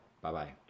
Bye-bye